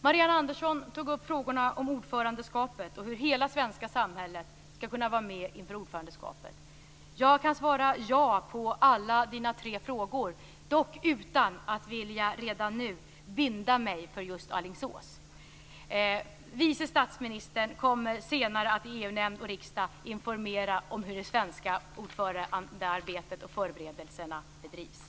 Marianne Andersson tog upp frågorna om ordförandeskapet och om hur hela det svenska samhället skall kunna vara med inför ordförandeskapet. Jag kan svara ja på alla hennes tre frågor, dock utan att vilja redan nu binda mig för just Alingsås. Vice statsministern kommer senare att i EU-nämnd och riksdag informera om hur det svenska ordförandearbetet och förberedelserna bedrivs.